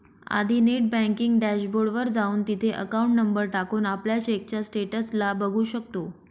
आधी net banking dash board वर जाऊन, तिथे अकाउंट नंबर टाकून, आपल्या चेकच्या स्टेटस ला बघू शकतो